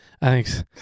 Thanks